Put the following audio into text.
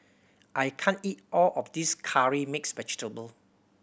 I can't eat all of this Curry Mixed Vegetable